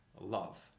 love